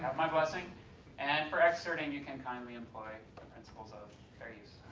my blessing and for excerpting you can kindly employ the principles of fair use.